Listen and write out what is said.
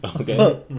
okay